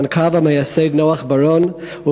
המנכ"ל והמייסד נח בראון,